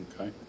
Okay